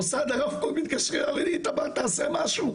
מוסד הרב קוק מתקשרים אלי אומרים לי איתמר תעשה משהו,